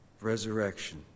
resurrection